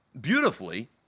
beautifully